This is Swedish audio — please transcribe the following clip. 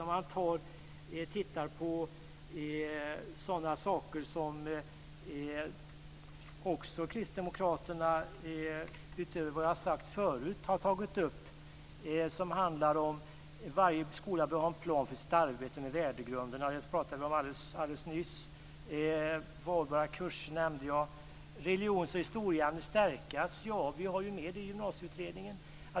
Utöver vad jag tidigare har sagt har kristdemokraterna tagit upp att varje skola bör ha en plan för sitt arbete med värdegrunden. Det talade vi om alldeles nyss. Valbara kurser nämnde jag. Att religions och historieämnena ska stärkas är något som vi har med i Gymnasieutredningen.